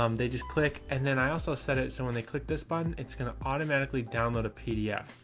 um they just click and then i also said it, so when they click this button, it's going to automatically download a pdf.